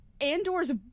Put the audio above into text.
Andor's